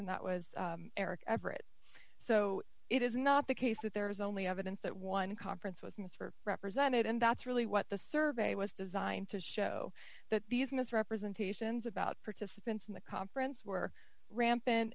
and that was eric everett so it is not the case that there is only evidence that one conference was for represented and that's really what the survey was designed to show that these misrepresentations about participants in the conference were rampant